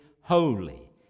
holy